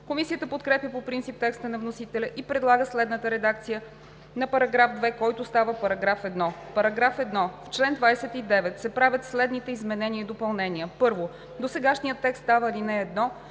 Комисията подкрепя по принцип текста на вносителя и предлага следната редакция на § 2, който става § 1: „§ 1. В чл. 29 се правят следните изменения и допълнения: 1. Досегашният текст става ал. 1 и